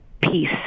peace